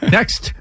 Next